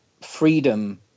freedom